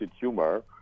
tumor